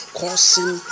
causing